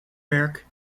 werk